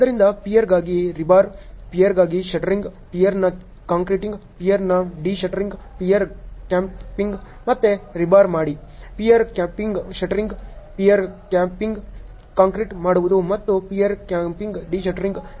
ಆದ್ದರಿಂದ ಪಿಯರ್ಗಾಗಿ ರಿಬಾರ್ ಪಿಯರ್ಗಾಗಿ ಶಟ್ಟರಿಂಗ್ ಪಿಯರ್ನ ಕಾಂಕ್ರೀಟಿಂಗ್ ಪಿಯರ್ನ ಡಿ ಶಟ್ಟರಿಂಗ್ ಪಿಯರ್ ಕ್ಯಾಪ್ಗಾಗಿ ಮತ್ತೆ ರಿಬಾರ್ ಮಾಡಿ ಪಿಯರ್ ಕ್ಯಾಪ್ಗಾಗಿ ಶಟ್ಟರಿಂಗ್ ಪಿಯರ್ ಕ್ಯಾಪ್ಗಾಗಿ ಕಾಂಕ್ರೀಟ್ ಮಾಡುವುದು ಮತ್ತು ಪಿಯರ್ ಕ್ಯಾಪ್ಗಾಗಿ ಡಿ ಶಟ್ಟರಿಂಗ್